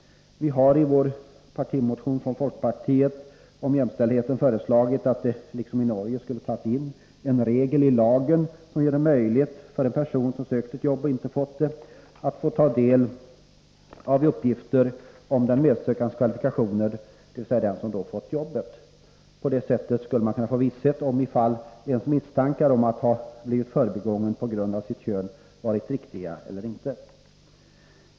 Folkpartiet har i sin partimotion 1982/83:683 om jämställdheten föreslagit att det liksom i Norge skall tas in en regel i lagen som gör det möjligt för en person som sökt ett jobb och inte fått det att ta del av uppgifter om den medsökandes kvalifikationer — dvs. den som har fått jobbet. På det sättet skulle man kunna få visshet om huruvida misstanken om att ha blivit förbigången på grund av sitt kön varit riktig eller inte.